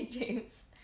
James